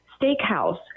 steakhouse